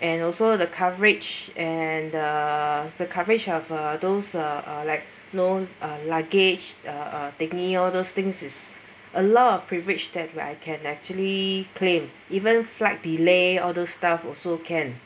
and also the coverage and the the coverage of uh those uh like you know luggage uh taking all those things is a lot of privilege that where I can actually claim even flight delay all those stuff also can